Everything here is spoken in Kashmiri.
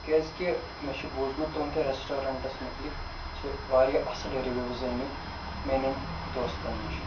کیٛازکہِ مےٚ چھُ بوزمُت تُہنٛدِ رٮ۪سٹورنٛٹَس مُتعلِق چھِ واریاہ اَصٕل رِوِوٕز آمٕتۍ میٛانٮ۪ن دوستَن نِش